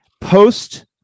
Post